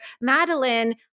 Madeline